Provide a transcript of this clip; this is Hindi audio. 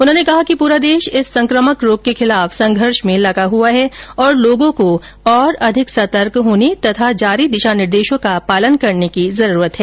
उन्होंने कहा कि पूरा देश इस संकामक रोग के खिलाफ संघर्ष में लगा है तथा लोगों को और अधिक सतर्क होने तथा जारी दिशा निर्देशों का पालन करने की जरूरत है